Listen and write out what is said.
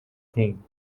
thing